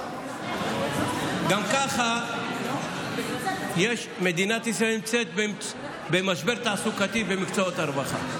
גם ככה מדינת ישראל נמצאת במשבר תעסוקתי במקצועות הרווחה.